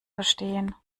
verstehen